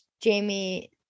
Jamie